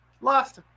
lost